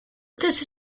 this